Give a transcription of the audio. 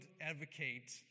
advocate